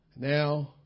now